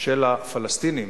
של הפלסטינים.